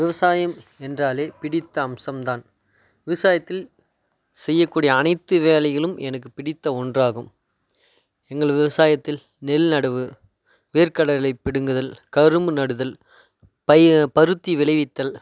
விவசாயம் என்றாலே பிடித்த அம்சம் தான் விவசாயத்தில் செய்யக்கூடிய அனைத்து வேலைகளும் எனக்கு பிடித்த ஒன்றாகும் எங்கள் விவசாயத்தில் நெல் நடவு வேர்க்கடலை பிடுங்குதல் கரும்பு நடுதல் பய பருத்தி விளைவித்தல்